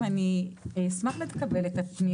אשמח לקבל את הפניות.